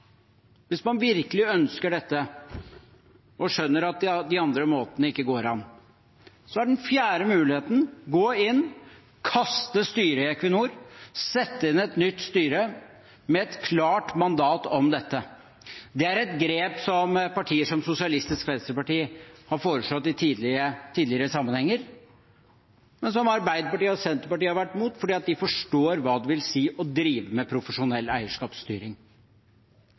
hvis man virkelig ønsker dette og skjønner at de andre måtene ikke går an – å gå inn, kaste styret i Equinor og sette inn et nytt styre med et klart mandat om dette. Det er et grep som partier som Sosialistisk Venstreparti har foreslått i tidligere sammenhenger, men som Arbeiderpartiet og Senterpartiet har vært mot, fordi de forstår hva det vil si å drive med profesjonell eierskapsstyring.